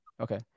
Okay